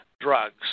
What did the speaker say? drugs